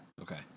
Okay